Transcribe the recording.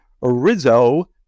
Rizzo